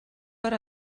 per